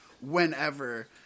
whenever